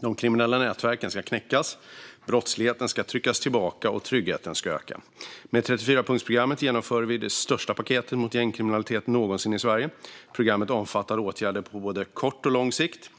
De kriminella nätverken ska knäckas, brottsligheten ska tryckas tillbaka och tryggheten ska öka. Med 34-punktsprogrammet genomför vi det största paketet mot gängkriminaliteten någonsin i Sverige. Programmet omfattar åtgärder på både kort och lång sikt.